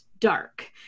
dark